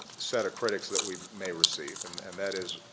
set of critics that we may receive, and and that is